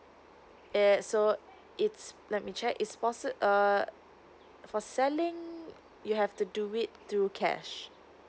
eh so uh it's let me check is for sel~ uh for selling hmm you have to do it through cash